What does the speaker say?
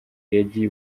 yagiye